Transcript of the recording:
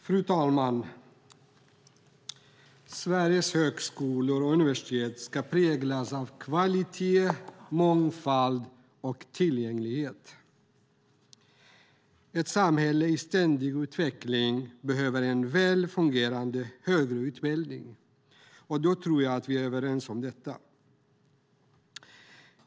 Fru talman! Sveriges högskolor och universitet ska präglas av kvalitet, mångfald och tillgänglighet. Ett samhälle i ständig utveckling behöver en väl fungerande högre utbildning. Jag tror att vi är överens om detta.